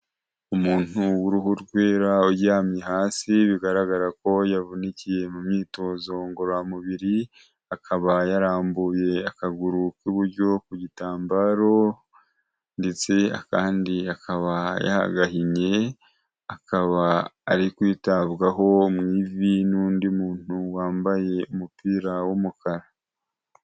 Umuntu w'uruhu rwera aryamye hasi, bigaragara ko yavunikiye mu myitozo ngororamubiri, akaba yarambuye akaguru k'iburyo ku gitambaro ndetse kandi akaba yagahinnye, akaba ari kwitabwaho mu ivi n'undi muntu wambaye umupira w'umukara.